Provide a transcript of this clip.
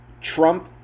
Trump